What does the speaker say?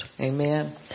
Amen